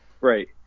Right